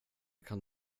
kan